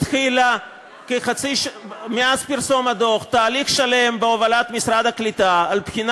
התחילה מאז פרסום הדוח תהליך שלם בהובלת משרד הקליטה לבחינה